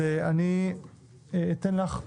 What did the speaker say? אני אתן לך,